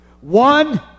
One